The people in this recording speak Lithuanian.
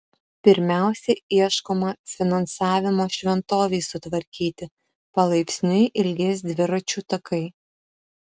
pirmiausia ieškoma finansavimo šventovei sutvarkyti palaipsniui ilgės dviračių takai